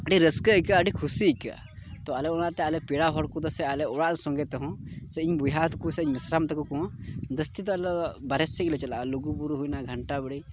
ᱟᱹᱰᱤ ᱨᱟᱹᱥᱠᱟᱹ ᱟᱹᱭᱠᱟᱹᱜᱼᱟ ᱟᱹᱰᱤ ᱠᱩᱥᱤ ᱟᱹᱭᱠᱟᱹᱜᱼᱟ ᱛᱚ ᱟᱮ ᱚᱱᱟᱛᱮ ᱯᱮᱲᱟ ᱦᱚᱲ ᱠᱚᱫᱚ ᱥᱮ ᱟᱞᱮ ᱚᱲᱟᱜ ᱨᱮᱱ ᱥᱚᱸᱜᱮ ᱛᱮᱦᱚᱸ ᱥᱮ ᱤᱧ ᱵᱚᱭᱦᱟ ᱤᱧ ᱢᱤᱥᱨᱟᱢ ᱛᱟᱠᱚ ᱦᱚᱸ ᱡᱟᱹᱥᱛᱤ ᱫᱚ ᱟᱞᱮ ᱫᱚ ᱵᱟᱦᱨᱮ ᱥᱮᱫ ᱜᱮᱞᱮ ᱪᱟᱞᱟᱜᱼᱟ ᱞᱩᱜᱩ ᱵᱩᱨᱩ ᱦᱩᱭᱱᱟ ᱜᱷᱟᱱᱴᱟ ᱵᱟᱲᱮ